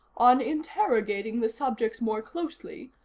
on interrogating the subjects more closely,